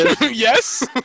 Yes